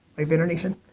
vaynernation?